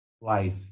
life